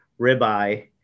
ribeye